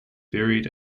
buried